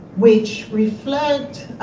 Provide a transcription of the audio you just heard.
which reflect